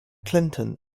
clinton